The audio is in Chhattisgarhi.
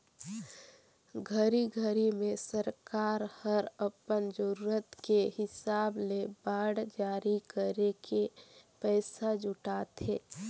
घरी घरी मे सरकार हर अपन जरूरत के हिसाब ले बांड जारी करके पइसा जुटाथे